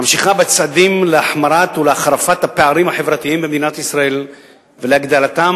ממשיכה בצעדים להחמרת ולהחרפת הפערים החברתיים במדינת ישראל ולהגדלתם,